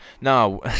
No